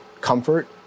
comfort